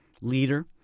leader